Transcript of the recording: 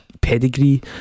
pedigree